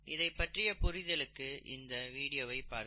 இதைப் பற்றிய புரிதலுக்கு இந்த வீடியோவை பார்க்கவும்